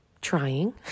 trying